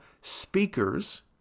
speakers